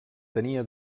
tenia